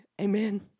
amen